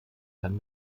kann